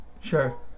Sure